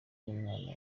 n’umwana